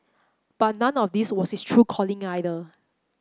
but none of this was his true calling either